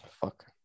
Fuck